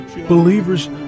Believers